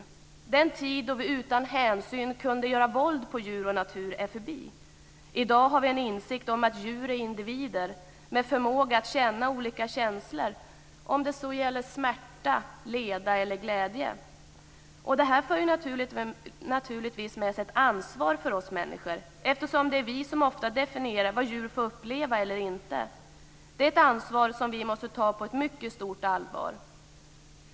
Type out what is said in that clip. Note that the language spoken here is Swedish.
Den tid då vi utan hänsyn kunde göra våld på djur och natur är förbi. I dag har vi en insikt om att djur är individer med förmåga att känna olika känslor - om det så gäller smärta, leda eller glädje. Detta för naturligtvis med sig ett ansvar för oss människor eftersom det är vi som ofta definierar vad djur får uppleva eller inte. Det är ett ansvar som vi måste ta på mycket stort allvar.